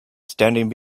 standing